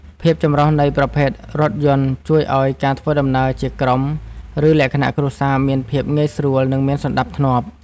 ភាពចម្រុះនៃប្រភេទរថយន្តជួយឱ្យការធ្វើដំណើរជាក្រុម ឬលក្ខណៈគ្រួសារមានភាពងាយស្រួល និងមានសណ្ដាប់ធ្នាប់។